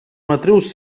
matrius